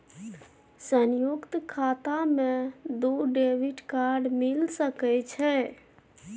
संयुक्त खाता मे दू डेबिट कार्ड मिल सके छै?